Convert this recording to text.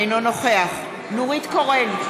אינו נוכח נורית קורן,